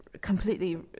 completely